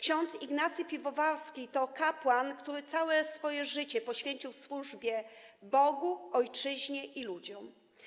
Ks. Ignacy Piwowarski to kapłan, który całe swoje życie poświęcił służbie Bogu, ojczyźnie i ludziom.